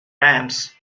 ramps